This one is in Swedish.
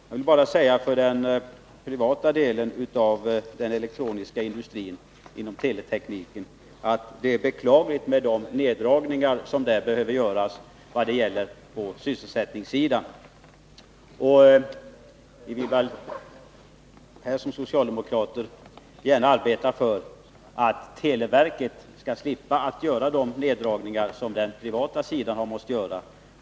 Det är beklagligt med de neddragningar på sysselsättningssidan som behöver göras inom den privata sektorn av den elektroniska industrin inom teletekniken. Vi socialdemokrater vill gärna arbeta för att televerket skall slippa de neddragningar som den privata sidan har måst göra.